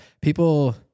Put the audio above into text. People